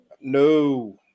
No